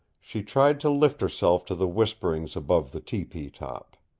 she tried to lift herself to the whisperings above the tepee top.